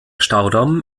staudamm